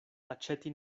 aĉeti